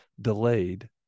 delayed